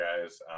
guys